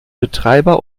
betreiber